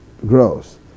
Grows